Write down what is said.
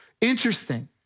interesting